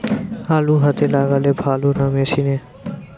আলু হাতে লাগালে ভালো না মেশিনে?